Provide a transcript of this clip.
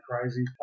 crazy